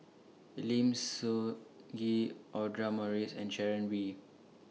Lim Sun Gee Audra Morrice and Sharon Wee